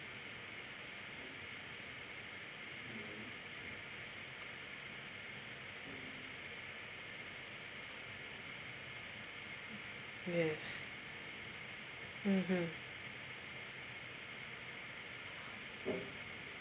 yes mmhmm